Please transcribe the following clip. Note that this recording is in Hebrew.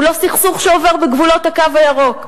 הוא לא סכסוך שעובר בגבולות "הקו הירוק".